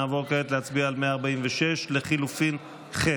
נצביע כעת על 146 לחלופין ז'.